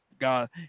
God